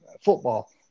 football